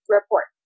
report